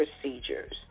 procedures